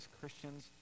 Christians